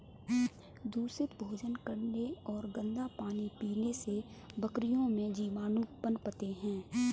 दूषित भोजन करने और गंदा पानी पीने से बकरियों में जीवाणु पनपते हैं